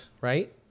right